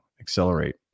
accelerate